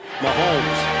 Mahomes